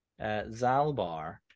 Zalbar